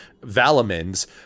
Valamins